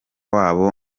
wabo